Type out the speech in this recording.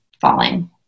falling